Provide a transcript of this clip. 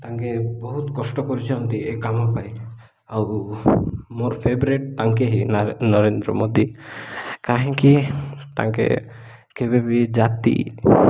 ତାଙ୍କେ ବହୁତ କଷ୍ଟ କରିଛନ୍ତି ଏ କାମ ପାଇଁ ଆଉ ମୋର ଫେଭରେଟ ତାଙ୍କେ ହି ନରେନ୍ଦ୍ର ମୋଦି କାହିଁକି ତାଙ୍କେ କେବେ ବି ଜାତି